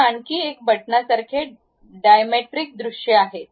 तेथे आणखी एक बटणासारखे डायमेट्रिक दृश्ये आहेत